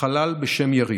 חלל בשם יריב,